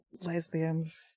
lesbians